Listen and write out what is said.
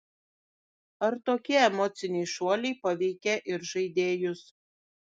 ar tokie emociniai šuoliai paveikia ir žaidėjus